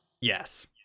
Yes